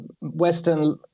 Western